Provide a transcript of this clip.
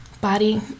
body